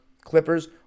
Clippers